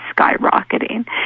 skyrocketing